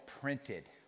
printed